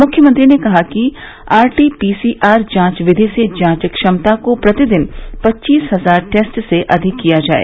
मुख्यमंत्री ने कहा कि आरटीपीसीआर जांच विधि से जांच क्षमता को प्रतिदिन पच्चीस हजार टेस्ट से अधिक किया जाए